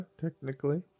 technically